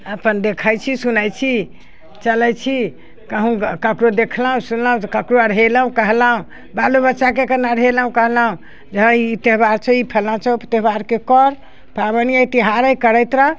अपन देखै छी सुनै छी चलै छी कहूँ देखलहुँ सुनलहुँ तऽ ककरो अढ़ेलहुँ कहलहुँ बालो बच्चाके अढ़ेलहुँ कहलहुँ जे हैय ई त्यौहार छौ ई फलां छौ त्यौहारके कर पाबैनिये त्यौहारे करैत रह